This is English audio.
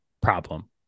problem